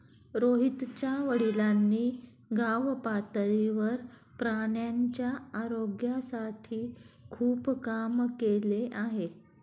रोहितच्या वडिलांनी गावपातळीवर प्राण्यांच्या आरोग्यासाठी खूप काम केले आहे